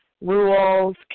rules